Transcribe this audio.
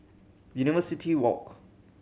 University Walk